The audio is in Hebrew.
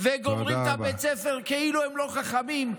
וגומרים את בית הספר כאילו הם לא חכמים,